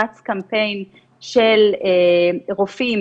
של רופאים,